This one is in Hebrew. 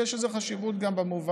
ויש לזה חשיבות גם במובן,